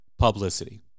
Publicity